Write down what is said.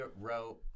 wrote